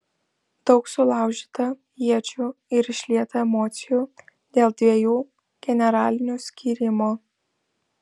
daug sulaužyta iečių ir išlieta emocijų dėl dviejų generalinių skyrimo